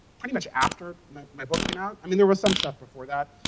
pretty much after my my book came out. i mean there was some stuff before that.